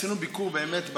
עשינו ביקור באמת.